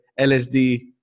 LSD